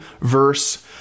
verse